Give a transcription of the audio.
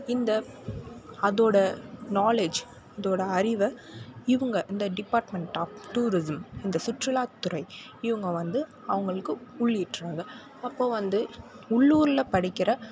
இந்த அதோட நாலேஜ் இதோட அறிவை இவங்க இந்த டிபாட்மெண்ட் ஆஃப் டூரிஸிம் இந்த சுற்றுலாத்துறை இவங்க வந்து அவங்களுக்கு உள்ளீடுறாங்க அப்போ வந்து உள்ளூரில் படிக்கிற